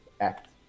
act